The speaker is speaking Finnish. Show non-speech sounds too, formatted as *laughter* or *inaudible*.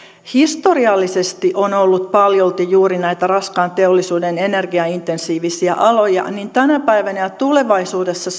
historiallisesti on ollut paljolti juuri näitä raskaan teollisuuden energiaintensiivisiä aloja tänä päivänä ja tulevaisuudessa *unintelligible*